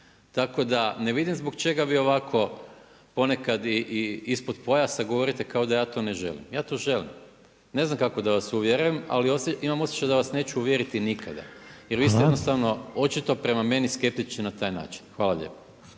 Tako da ne vidim zbog čega bi ovako ponekad i ispod pojasa govorite kao da ja to ne želim, ja to želim. Ne znam kako da vas uvjerim ali imam osjećaj da vas neću uvjeriti nikada. Jer vi ste jednostavno očito prema meni skeptični na taj način. Hvala lijepa.